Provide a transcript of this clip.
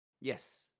Yes